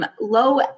low